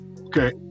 Okay